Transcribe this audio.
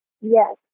Yes